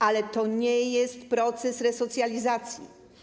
Ale to nie jest proces resocjalizacji.